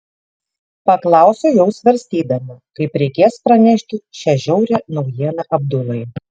paklausiau jau svarstydama kaip reikės pranešti šią žiaurią naujieną abdulai